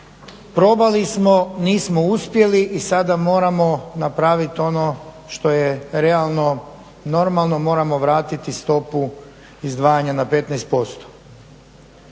probali smo, nismo uspjeli i sada moramo napraviti ono što je realno, normalno moramo vratiti stopu izdvajanja na 15%.